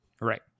Right